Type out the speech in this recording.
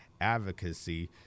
advocacy